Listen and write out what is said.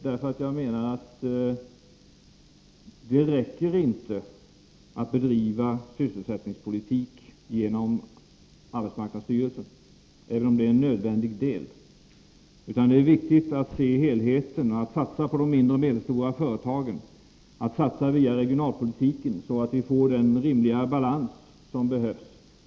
Jag menar nämligen att det inte räcker att bedriva sysselsättningspolitik genom arbetsmarknadsstyrelsen — en om det är en nödvändig del — utan det är viktigt att se helheten och att satsa på de mindre och medelstora företagen, att satsa via regionalpolitiken, så att vi får den rimliga balans som behövs.